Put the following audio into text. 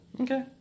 Okay